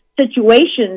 situations